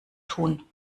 tun